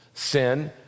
Sin